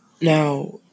Now